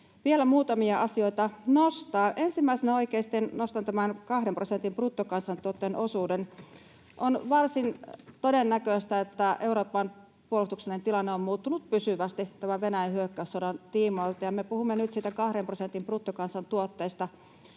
vielä muutamia asioita nostaa. Ensimmäisenä nostan tämän kahden prosentin bruttokansantuotteen osuuden. On varsin todennäköistä, että Euroopan puolustuksellinen tilanne on muuttunut pysyvästi tämän Venäjän hyökkäyssodan tiimoilta. Me puhumme nyt siitä kahden prosentin bruttokansantuotteesta,